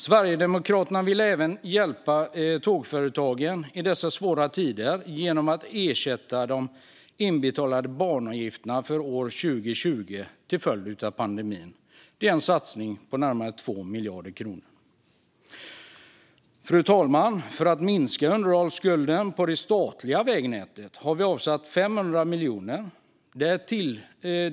Sverigedemokraterna vill även hjälpa tågföretagen i dessa svåra tider genom att ersätta dem för de inbetalade banavgifterna för år 2020 på grund av pandemin. Det är en satsning på närmare 2 miljarder kronor. Fru talman! För att minska underhållsskulden för det statliga vägnätet har vi avsatt 500 miljoner.